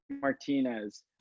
Martinez